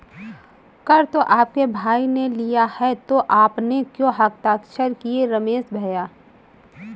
कर तो आपके भाई ने लिया है तो आपने क्यों हस्ताक्षर किए रमेश भैया?